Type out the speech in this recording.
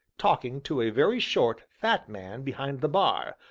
talking to a very short, fat man behind the bar,